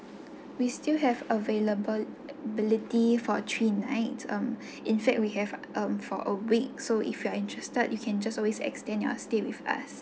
we still have available ability for three nights um in fact we have um for a week so if you are interested you can just always extend your stay with us